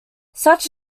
such